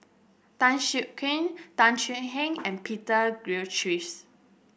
Tan Siak Kew Tan Thuan Heng and Peter Gilchrist